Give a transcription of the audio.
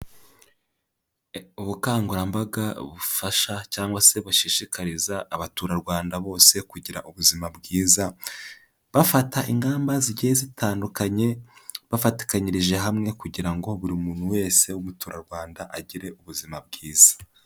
Ubukangurambaga bufasha cyangwa se bashishikariza abaturarwanda bose kugira ubuzima bwiza, bafata igamba zigiye zitandukanye, bafatikanyirije hamwe kugira ngo buri muntu wese w'umuturarwanda agire ubuzima bwiza.